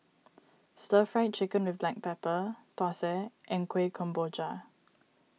Stir Fried Chicken with Black Pepper Thosai and Kuih Kemboja